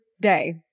day